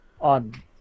On